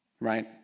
right